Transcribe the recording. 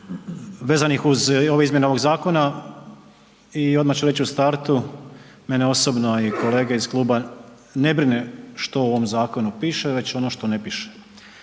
vezanih uz ove izmjene ovog zakona i odmah ću reći u startu mene osobno i kolege iz kluba ne brine što u ovom zakonu piše, već ono što ne piše.